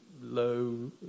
low